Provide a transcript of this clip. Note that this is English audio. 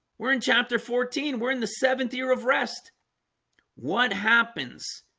we're in chapter fourteen. we're in the seventh year of rest what happens?